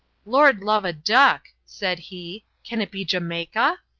lord love a duck, said he, can it be jamaica?